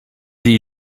jej